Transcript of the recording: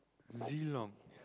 Zilong